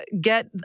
get